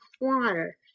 Water